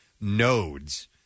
nodes